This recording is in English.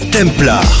Templar